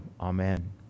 amen